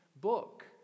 book